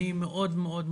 למשטרה,